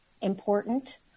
important